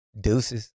deuces